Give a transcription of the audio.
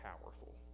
powerful